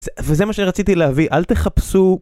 וזה מה שרציתי להביא, אל תחפשו...